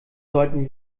sollten